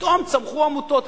פתאום צמחו עמותות.